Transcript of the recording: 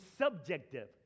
subjective